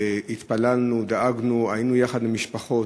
התפללנו, דאגנו, היינו יחד עם המשפחות.